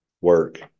work